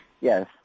Yes